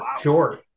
sure